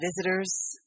visitors